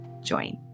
join